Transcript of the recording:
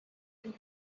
and